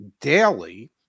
daily